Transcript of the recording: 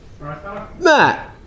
Matt